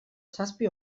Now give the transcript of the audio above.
zazpi